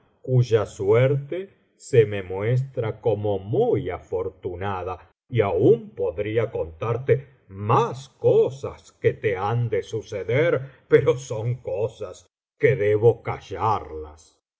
cuya suerte se me muestra como muy afortunada y aún podría contarte más cosas que te han de suceder pero son cosas que debo callarlas